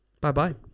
Bye-bye